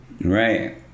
Right